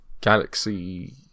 Galaxy